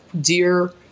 dear